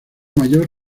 mayor